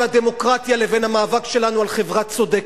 הדמוקרטיה לבין המאבק שלנו על חברה צודקת.